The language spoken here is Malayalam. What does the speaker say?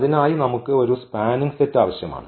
അതിനായി നമുക്ക് ഒരു സ്പാനിങ് സെറ്റ് ആവശ്യമാണ്